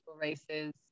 races